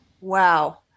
Wow